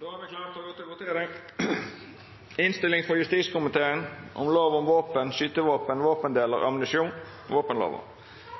då avslutta. : Då er Stortinget klar til å gå til votering. Under